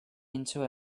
into